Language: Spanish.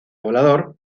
volador